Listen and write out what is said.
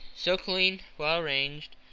so clean, well-arranged,